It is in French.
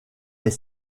est